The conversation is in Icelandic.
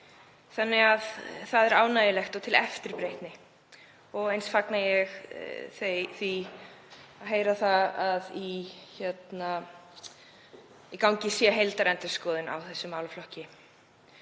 þannig að það er ánægjulegt og til eftirbreytni. Eins fagna ég því að heyra að í gangi sé heildarendurskoðun á þessum málaflokki.